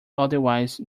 otherwise